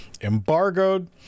embargoed